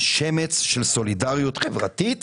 שמץ של סולידריות חברתית